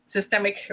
systemic